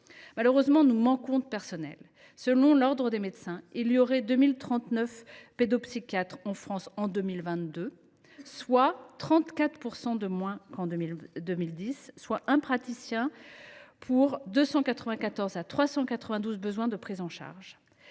Malheureusement, nous manquons de personnels. Selon l’Ordre des médecins, il y aurait 2 039 pédopsychiatres en France en 2022, soit 34 % de moins qu’en 2010. Cela représente un praticien pour 294 à 392 besoins de prise en charge.